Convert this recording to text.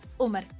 Umar